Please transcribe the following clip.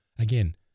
Again